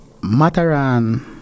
Mataran